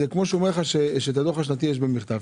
כפי שאת הדוח השנתי הם שולחים במכתב,